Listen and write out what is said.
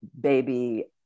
baby